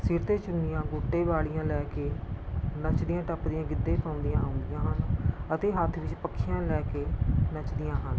ਸਿਰ 'ਤੇ ਚੁੰਨੀਆਂ ਗੋਟੇ ਵਾਲੀਆਂ ਲੈ ਕੇ ਨੱਚਦੀਆਂ ਟੱਪਦੀਆਂ ਗਿੱਧੇ ਪਾਉਦੀਆਂ ਆਉਂਦੀਆ ਹਨ ਅਤੇ ਹੱਥ ਵਿੱਚ ਪੱਖੀਆਂ ਲੈ ਕੇ ਨੱਚਦੀਆਂ ਹਨ